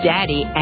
Daddy